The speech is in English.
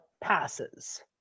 Passes